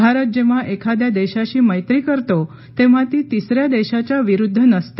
भारत जेव्हा एखाद्या देशाशी मैत्री करतो तेंव्हा ती तिसऱ्या देशाच्या विरुद्ध नसते